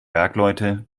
bergleute